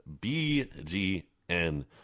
BGN